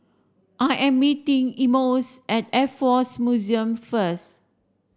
I am meeting Emmons at Air Force Museum first